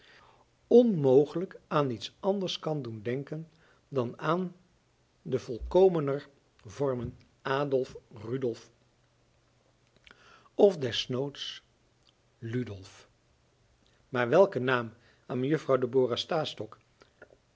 onmogelijk aan iets anders kan doen denken dan aan de volkomener vormen adolf rudolf of des noods ludolf maar welke naam aan mejuffrouw debora stastok